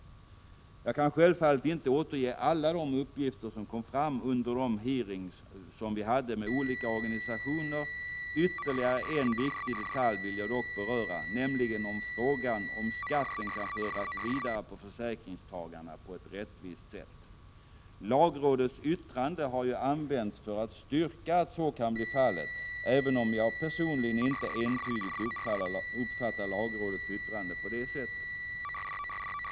Jag kan självfallet inte återge alla de uppgifter som kom fram under de hearings som vi hade med olika organisationer. Ytterligare en viktig detalj vill jag dock beröra, nämligen frågan om skatten kan föras vidare på försäkringstagarna på ett rättvist sätt. Lagrådets yttrande har ju använts för att styrka att så kan bli fallet, även om jag personligen inte entydigt uppfattar lagrådets yttrande på det sättet.